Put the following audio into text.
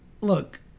look